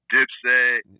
Dipset